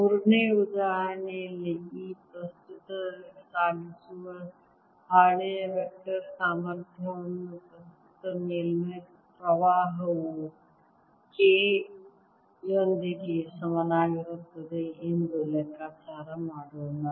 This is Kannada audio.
ಮೂರನೆಯ ಉದಾಹರಣೆಯಲ್ಲಿ ಈ ಪ್ರಸ್ತುತ ಸಾಗಿಸುವ ಹಾಳೆಯ ವೆಕ್ಟರ್ ಸಾಮರ್ಥ್ಯವನ್ನು ಪ್ರಸ್ತುತ ಮೇಲ್ಮೈ ಪ್ರವಾಹವು K ಯೊಂದಿಗೆ ಸಮನಾಗಿರುತ್ತದೆ ಎಂದು ಲೆಕ್ಕಾಚಾರ ಮಾಡೋಣ